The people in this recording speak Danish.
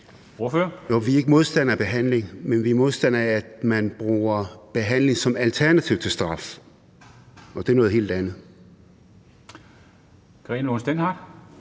Vi er ikke modstandere af behandling, men vi er modstandere af, at man bruger behandling som alternativ til straf. Det er noget helt andet.